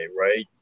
right